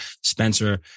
Spencer